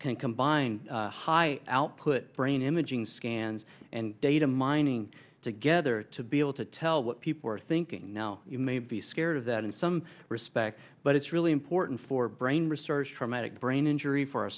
can combine high output brain imaging scans and data mining together to be able to tell what people are thinking now you may be scared of that in some respects but it's really important for brain research traumatic brain injury for